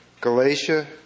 Galatia